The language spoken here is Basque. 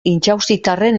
intxaustitarren